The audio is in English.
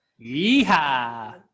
Yeehaw